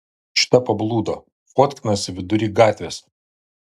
šita pablūdo fotkinasi vidury gatvės